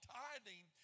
tithing